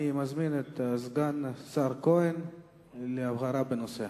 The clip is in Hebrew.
אני מזמין את סגן השר כהן להבהרה בנושא.